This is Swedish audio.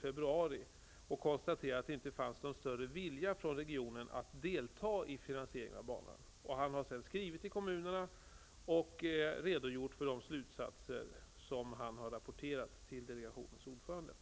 februari och konstaterade att det inte fanns någon större vilja från regionen att delta i finansieringen av banan. Han har sedan skrivit till kommunerna och redogjort för de slutsatser som han har rapporterat till delegationens ordförande.